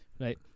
Right